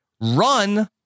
run